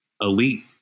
elite